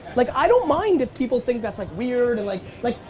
like i don't mind if people think that's like weird and like like,